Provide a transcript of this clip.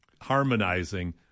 harmonizing